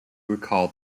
recall